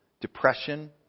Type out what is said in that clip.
depression